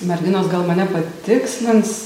merginos gal mane patikslins